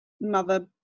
mother